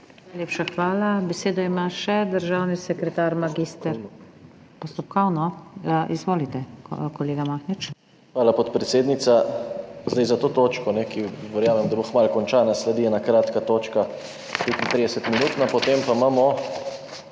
Hvala, podpredsednica. Za to točko, ki verjamem, da bo kmalu končana, sledi ena kratka točka, 35-minutna, potem pa imamo